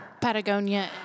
Patagonia